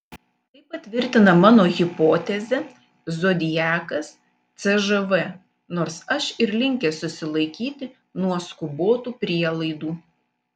tai patvirtina mano hipotezę zodiakas cžv nors aš ir linkęs susilaikyti nuo skubotų prielaidų